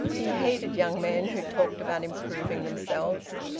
he hated young men who talked about improving themselves.